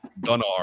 Gunnar